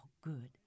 good